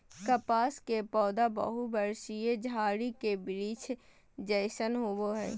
कपास के पौधा बहुवर्षीय झारी के वृक्ष जैसन होबो हइ